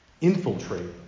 infiltrate